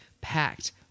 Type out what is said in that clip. packed